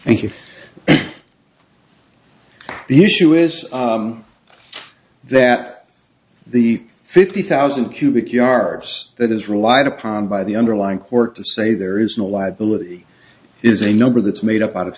thank you the issue is that the fifty thousand cubic yards that is relied upon by the underlying court to say there is no liability is a number that's made up out of